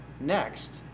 next